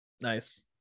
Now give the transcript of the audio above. Nice